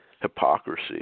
hypocrisy